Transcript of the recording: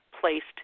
placed